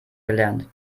gelernt